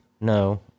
No